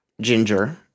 ginger